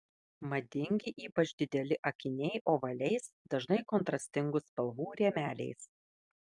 madingi ypač dideli akiniai ovaliais dažnai kontrastingų spalvų rėmeliais